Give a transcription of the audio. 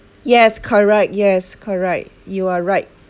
yes correct yes correct you are right